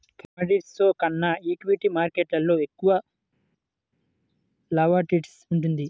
కమోడిటీస్లో కన్నా ఈక్విటీ మార్కెట్టులో ఎక్కువ వోలటాలిటీ ఉంటుంది